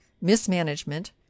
mismanagement